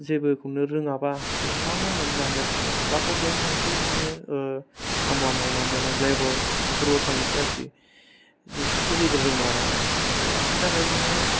जेबोखौनो रोङाबा बे मा मावनानै जानो आरखि लासाव बेहायनो थासै नोङो खामला मावनानै जाबाय लेबार बेफोराव थांसै आरखि बिसोरथ' जेबो रोंला नालाय आमफाय बिसिनि थाखाय जोङो